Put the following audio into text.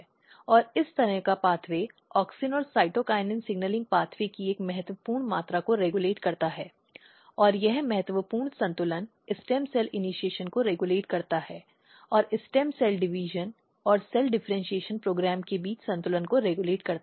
और इस तरह का पाथवे ऑक्सिन और साइटोकिनिन सिग्नलिंग पाथवे की एक महत्वपूर्ण मात्रा को रेगुलेट करता है और यह महत्वपूर्ण संतुलन स्टेम सेल इनीशिएशन को रेगुलेट करता है और स्टेम सेल विभाजन और सेल डिफ़र्इन्शीएशन कार्यक्रम के बीच संतुलन को रेगुलेट करता है